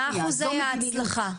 מה אחוזי ההצלחה?